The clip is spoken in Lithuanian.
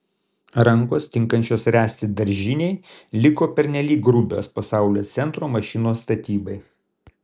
rankos tinkančios ręsti daržinei liko pernelyg grubios pasaulio centro mašinos statybai